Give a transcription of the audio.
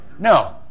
No